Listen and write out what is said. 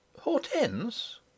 Hortense